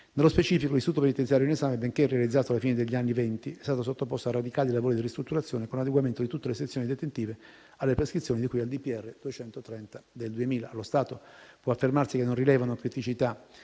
Nello specifico, l'istituto penitenziario in esame, benché realizzato alla fine degli anni Venti del secolo scorso, è stato sottoposto a radicali lavori di ristrutturazione, con adeguamento di tutte le sezioni detentive alle prescrizioni di cui al DPR n. 230 del 2000. Allo stato, può affermarsi che non rilevano criticità